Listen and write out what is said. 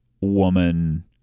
woman